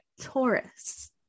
taurus